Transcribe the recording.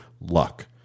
luck